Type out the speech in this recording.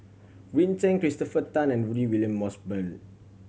Green Zeng Christopher Tan and Rudy William Mosbergen